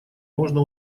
можно